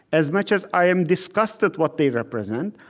as much as i am disgusted, what they represent,